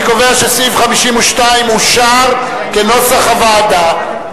אני קובע שסעיף 52 אושר כנוסח הוועדה.